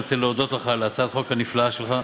אני רוצה להודות לך על הצעת החוק הנפלאה שלך,